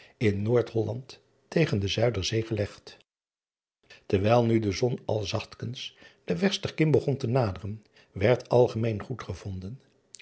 in oordholland tegen de uider zee gelegd erwijl nu de zon al zachtkens de westerkim begon te naderen werd algemeen goedgevonden